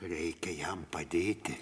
reikia jam padėti